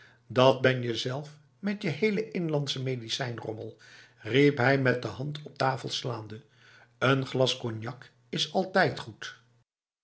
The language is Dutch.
dat ben je zelf met je hele inlandse medicijnrommel riep hij met de hand op tafel slaande een glas cognac is altijd goed